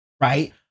right